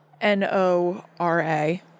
N-O-R-A